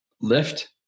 Lift